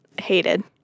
Hated